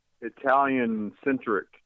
Italian-centric